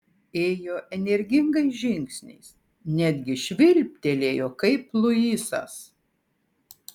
ėjo energingais žingsniais netgi švilptelėjo kaip luisas